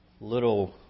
little